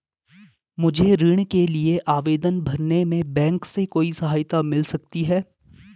मुझे ऋण के लिए आवेदन भरने में बैंक से कोई सहायता मिल सकती है?